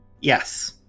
Yes